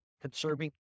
Conserving